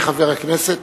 הכנסת,